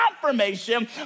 confirmation